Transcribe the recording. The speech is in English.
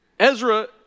Ezra